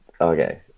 Okay